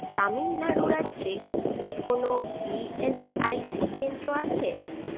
তামিলনাড়ু রাজ্যে কি কোনও ই এস আই সি কেন্দ্র আছে